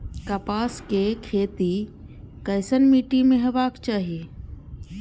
कपास के खेती केसन मीट्टी में हेबाक चाही?